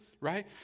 right